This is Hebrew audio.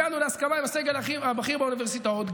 הגענו להסכמה עם הסגל הבכיר באוניברסיטאות.